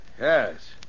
Yes